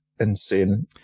insane